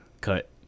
cut